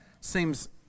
seems